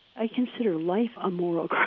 i consider life a moral